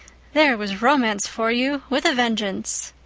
there was romance for you, with a vengeance!